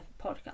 podcast